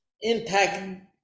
Impact